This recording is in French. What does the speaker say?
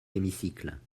hémicycle